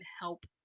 help